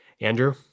Andrew